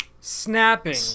snapping